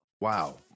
wow